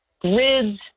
grids